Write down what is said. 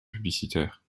publicitaire